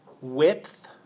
width